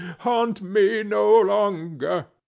haunt me no longer!